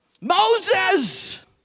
Moses